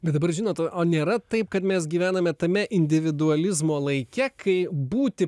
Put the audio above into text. bet dabar žinot o nėra taip kad mes gyvename tame individualizmo laike kai būti